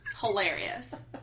Hilarious